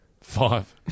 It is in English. Five